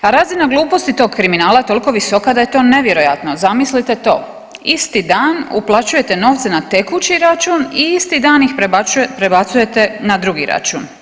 A razina gluposti tog kriminala toliko je visoka da je to nevjerojatno, zamislite to isti dan uplaćujete novce na tekući račun i isti dan ih prebacujete na drugi račun.